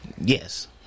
yes